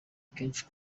akenshi